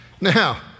Now